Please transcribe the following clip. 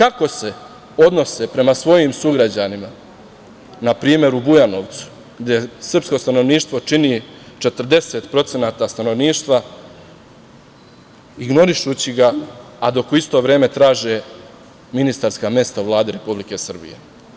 A, kako se odnose prema svojim sugrađanima, na primer u Bujanovcu gde srpsko stanovništvo čini 40% stanovništva, ignorišući ga, a dok u isto vreme traže ministarska mesta u Vladi Republike Srbije.